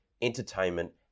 entertainment